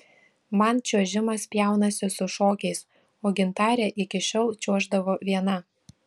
man čiuožimas pjaunasi su šokiais o gintarė iki šiol čiuoždavo viena